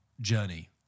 journey